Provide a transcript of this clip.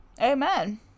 Amen